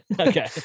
Okay